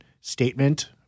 statement